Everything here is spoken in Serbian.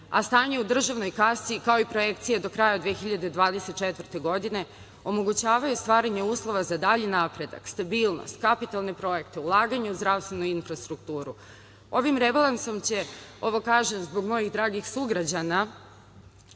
a stanje u državnoj kasi, kao i projekcije do kraja 2024. godine omogućavaju stvaranje uslova za dalji napredak, stabilnost, kapitalne projekte, ulaganje u zdravstvenu infrastrukturu. Ovim rebalansom će, ovo kažem zbog mojih dragih sugrađana,